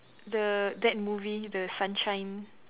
the that movie the sunshine